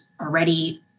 already